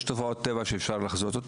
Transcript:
יש תופעות טבע שאפשר לחזות,